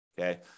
okay